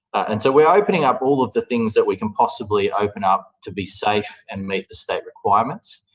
and so, we're opening up all of the things that we can possibly open up to be safe and meet the state requirements.